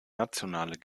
nationale